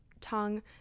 tongue